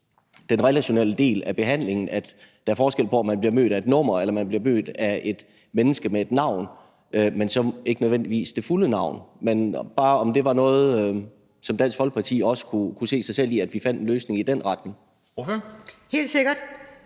den relationelle del af behandlingen, altså at der er forskel på, om man bliver mødt af et nummer, eller om man bliver mødt af et menneske med et navn, men så ikke nødvendigvis det fulde navn. Jeg vil bare høre, om det var noget, som Dansk Folkeparti kunne se sig selv i, altså at vi fandt en løsning i den retning. Kl.